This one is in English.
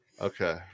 Okay